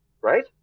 Right